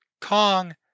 Kong